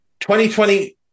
2020